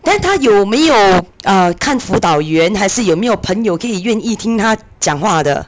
then 她有没有 err 看辅导员还是有没有朋友可以愿意听她讲话的